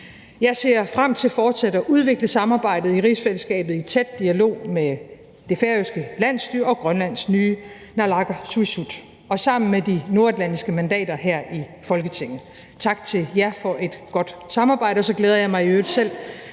Jeg ser frem til fortsat at udvikle samarbejdet i rigsfællesskabet i tæt dialog med det færøske landsstyre og Grønlands nye naalakkersuisut og sammen med de nordatlantiske mandater her i Folketinget. Tak til jer for et godt samarbejde. Og så glæder jeg mig i øvrigt selv